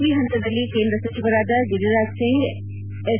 ಈ ಹಂತದಲ್ಲಿ ಕೇಂದ ಸಚಿವರಾದ ಗಿರಿರಾಜ್ ಸಿಂಗ್ ಎಸ್